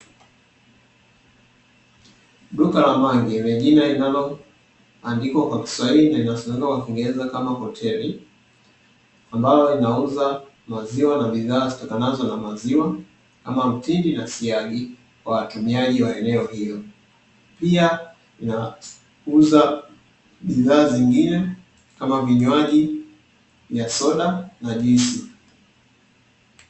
Duka la mangi, lenye jina lililoandikwa kwa Kiswahili, linasomeka kwa Kingereza kama hoteli, ambalo linauza maziwa na bidhaa zitokanazo na maziwa, kama mtindi na siagi, kwa watumiaji wa eneo hilo. Pia linauza bidhaa zingine, kama vinywaji vingine, vya soda na juisi.